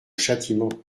châtiment